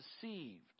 deceived